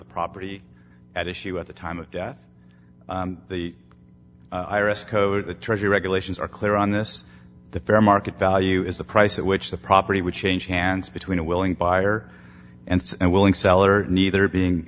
the property at issue at the time of death the i r s code the treasury regulations are clear on this the fair market value is the price at which the property would change hands between a willing buyer and willing seller neither being